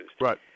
Right